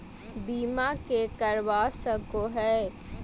बीमा के करवा सको है?